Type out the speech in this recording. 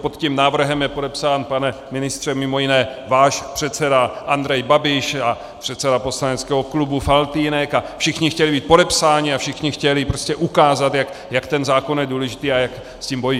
Pod tím návrhem je podepsán, pane ministře, mimo jiné váš předseda Andrej Babiš a předseda poslaneckého klubu Faltýnek, a všichni chtěli být podepsáni a všichni chtěli prostě ukázat, jak ten zákon je důležitý a jak s tím bojují.